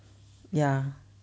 ya